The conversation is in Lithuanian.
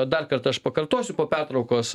dar kartą aš pakartosiu po pertraukos